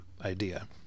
idea